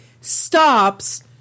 stops